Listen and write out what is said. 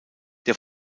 der